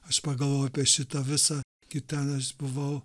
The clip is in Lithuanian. aš pagalvojau apie šitą visą kai ten aš buvau